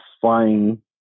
flying